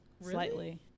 slightly